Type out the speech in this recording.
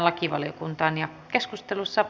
arvoisa puhemies